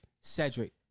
Cedric